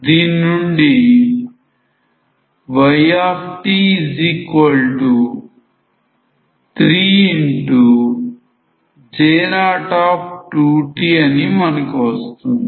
దీని నుండి yt3J02t అని మనకు వస్తుంది